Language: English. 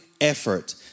effort